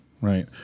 right